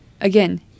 again